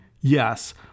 yes